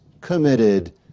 committed